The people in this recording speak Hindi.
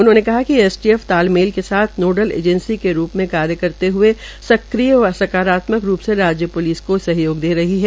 उन्होंने कहा कि एसटीएफ तालमेल के साथ नोडल एजेंसी के रूप में कार्य करते हए सक्रिय व साकारात्मक रूप से राज्य प्लिस को सहयोग दे रही है